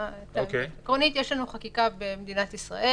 עקרונית יש לנו חקיקה במדינת ישראל